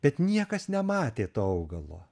bet niekas nematė to augalo